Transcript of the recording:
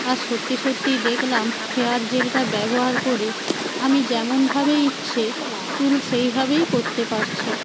আর সত্যি সত্যি দেখলাম হেয়ার জেলটা ব্যবহার করে আমি যেমনভাবে ইচ্ছে চুল সেইভাবেই করতে পারছি